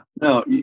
no